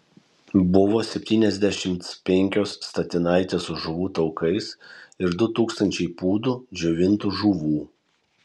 buvo septyniasdešimt penkios statinaitės su žuvų taukais ir du tūkstančiai pūdų džiovintų žuvų